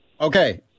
Okay